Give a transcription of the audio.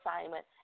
assignment